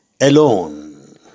alone